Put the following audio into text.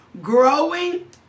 growing